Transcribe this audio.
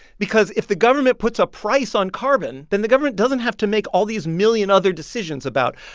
because if the government puts a price on carbon, then the government doesn't have to make all these million other decisions about,